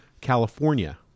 California